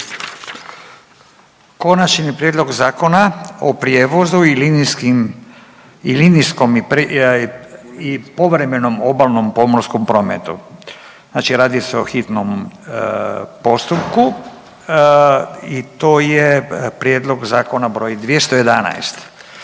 Konačni prijedlog Zakona o prijevozu u linijskom i povremenom obalnom pomorskom prometu. Zakon donosimo po hitnom postupku, a razlozi za izmjene